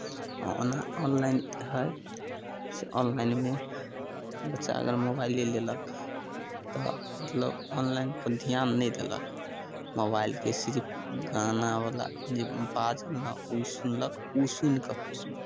ओना ऑनलाइन हइ से ऑनलाइनमे बच्चा अगर मोबाइल लऽ लेलक तऽ मतलब ऑनलाइनपर ध्यान नहि देलक मोबाइलके सिर्फ गानावला जे बाजल ने ओ सुनलक ओ सुनि कऽ खुश भेल